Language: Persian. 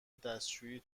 دستشویی